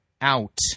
out